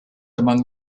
among